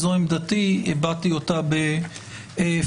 זו עמדתי והבעתי אותה בפומבי,